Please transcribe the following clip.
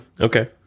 Okay